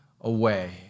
away